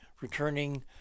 returning